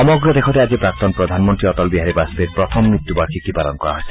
সমগ্ৰ দেশতে প্ৰাক্তন প্ৰধানমন্ত্ৰী অটল বিহাৰী বাজপেয়ীৰ প্ৰথম মৃত্যু বাৰ্ষিকী পালন কৰা হৈছে